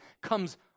comes